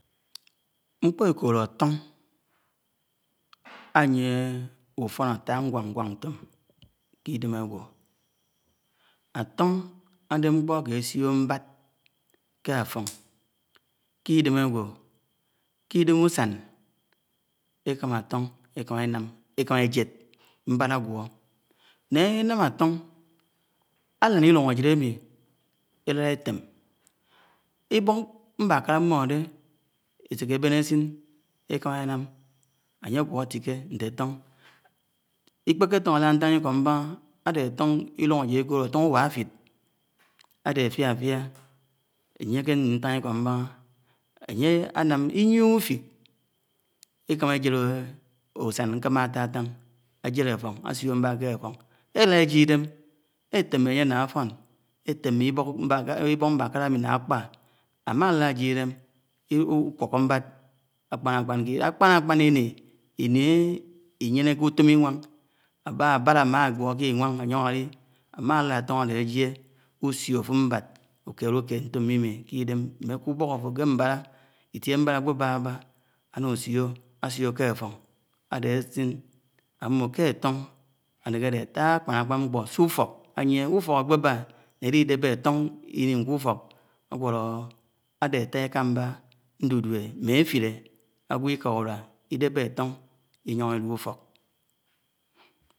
. ńkpó ékoló áton ánie úfon áta nǵwaḱ-ǵwak ńton ke idem agwo, ke akesio ǹbad ké afón, ké idém agwọ, ké idém usan, ékamá áton ékamá enám, ékamá ejed mbád agwo nña enám áton, álań llúng ájid ámmi élád étem, iḃok ṃḃakálá ḿmode eśeké eḃen ėsin ékamá enam ányé agwo áriké ńte áton. Iḱpéké áton ála ntahà ikọ mbahà ádé aton llúng ájid ekoló álon uẃafid. adé afiá-afiá, anyé ké amì ńtan iḱo ḿbahà añye añam ihie ufik, ekamá ejid, uśan nkéma tàn tàn ajéd áfon asie mbád ke afọ, elad ejie idem etem anye la afon, étemé ibok mbakala ami na akpa, áma álad ájie īdem ukpokọ ḿbàd. Akpàkpán ini ini Iñyeneke utóm Iǹwańg, akpàkpán āmagwo ké Iǹwańg áyon áli aḿa álad áton áde aj́ie, úsiọ áfud ḿbad ukeleked ntom mimi ke idem, ḿme ké ubók afo, ḱe ḿbalá, ìtie nfińa ákpebábá áná úsio, ke afon. áde ásin amimo ke aton anekede ata akpan nkpo se úfok áyie úfok ákpebiá ńa élidebé áton inim ke ufok, áworo áde atà eḱamba ndùdùe ńne ēfile ágẃo iḱa úrúa. Idebe aton iyon ili utok.